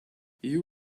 you